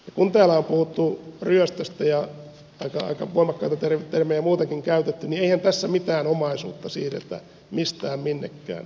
kun täällä on puhuttu ryöstöstä ja aika voimakkaita termejä muutenkin käytetty niin eihän tässä mitään omaisuutta siirretä mistään minnekään